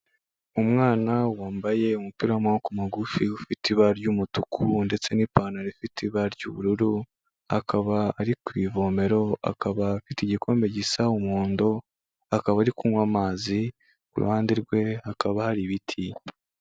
Umwana wambaye umupira w'amaboko magufi ufite ibara ry'umutuku ndetse n'ipantaro ifite ibara ry'ubururu, akaba ari ku ivomero akaba afite igikombe gisa umuhondo, akaba ari kunywa amazi, ku ruhande rwe hakaba hari ibiti.